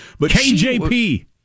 KJP